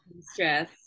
stress